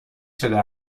شده